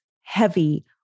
heavy